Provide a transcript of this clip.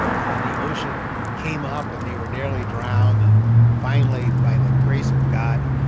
and then the ocean came up, and they were nearly drowned. and finally, by the grace of god,